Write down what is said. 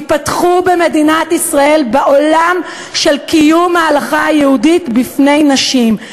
ייפתחו במדינת ישראל בעולם של קיום ההלכה היהודית בפני נשים,